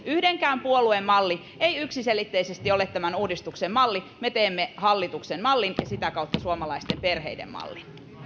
yhdenkään puolueen malli ei yksiselitteisesti ole tämän uudistuksen malli me teemme hallituksen mallin ja sitä kautta suomalaisten perheiden mallin